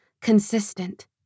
consistent